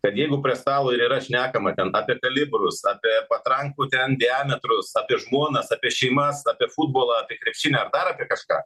kad jeigu prie stalo ir yra šnekama ten apie kalibrus apie patrankų ten diametrus apie žmonas apie šeimas apie futbolą apie krepšinį ar dar apie kažką